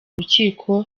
rukiko